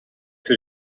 für